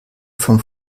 vom